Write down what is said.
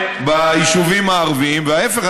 וההפך,